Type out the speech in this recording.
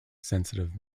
sensitive